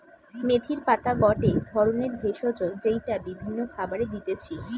মেথির পাতা গটে ধরণের ভেষজ যেইটা বিভিন্ন খাবারে দিতেছি